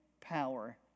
power